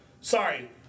sorry